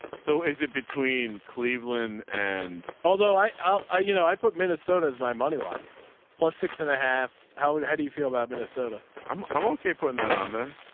so is it between cleveland? and although i i'll, i, you know, i put minnesota is my moneyline plus six and a half. how and how do you feel about minnesota? um i'm okay. putting that on there.